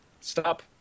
stop